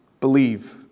believe